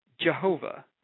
Jehovah